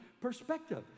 perspective